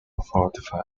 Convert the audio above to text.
fortified